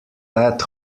led